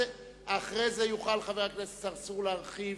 אחרי זה יוכל חבר הכנסת צרצור להרחיב,